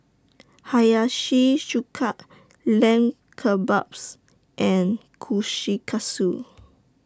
Hiyashi Chuka Lamb Kebabs and Kushikatsu